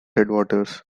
headwaters